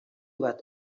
bat